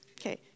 Okay